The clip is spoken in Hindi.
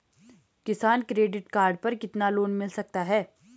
किसान क्रेडिट कार्ड पर कितना लोंन मिल सकता है?